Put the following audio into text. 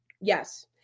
Yes